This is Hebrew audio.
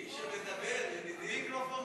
מי שמדבר, ידידי.